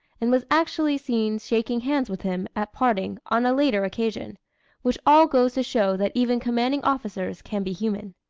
and was actually seen shaking hands with him, at parting, on a later occasion which all goes to show that even commanding officers can be human.